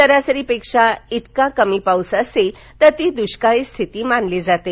सरासरीपेक्षा इतका कमी पाऊस असेल ती दृष्काळी स्थितीच मानली जाते